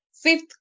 fifth